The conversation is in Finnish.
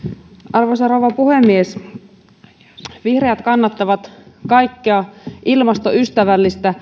arvoisa rouva puhemies vihreät kannattavat kaikkea ilmastoystävällistä